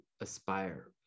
aspire